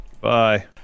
Bye